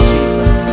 Jesus